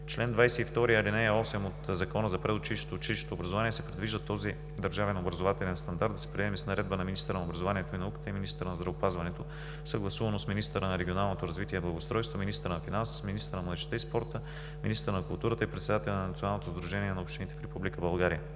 чл. 22, ал. 8 от Закона за предучилищното и училищното образование се предвижда този държавен образователен стандарт да се приеме с Наредба на министъра на образованието и науката и министъра на здравеопазването, съгласувано с министъра на регионалното развитие и благоустройството, с министъра на финансите, с министъра на младежта и спорта, министъра на културата и председателя на Националното сдружение на общините в Република България.